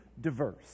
diverse